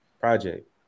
project